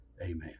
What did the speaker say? Amen